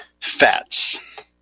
fats